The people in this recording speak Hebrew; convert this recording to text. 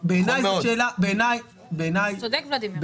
בוודאי, צודק ולדימיר.